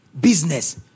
business